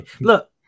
Look